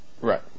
right